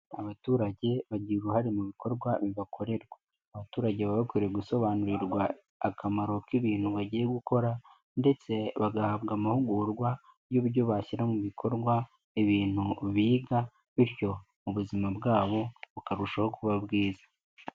Abaturage bagira uruhare mu bikorwa bibakorerwa, abaturage baba bakwiye gusobanurirwa akamaro k'ibintu bagiye gukora ndetse bagahabwa amahugurwa y'uburyo bashyira mu bikorwa ibintu biga, bityo ubuzima bwabo bukarushaho kuba bwiza.